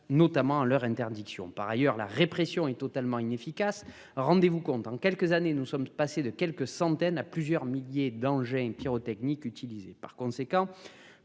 notamment leur interdiction. Par ailleurs, la répression est totalement inefficace Rendez-vous compte dans quelques années nous sommes passés de quelques centaines à plusieurs milliers d'engins pyrotechniques utilisés par conséquent.